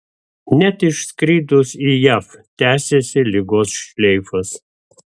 net išskridus į jav tęsėsi ligos šleifas